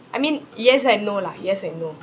I mean yes and no lah yes and no